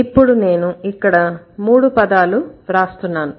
ఇప్పుడు నేను ఇక్కడ మూడు పదాలు వ్రాస్తున్నాను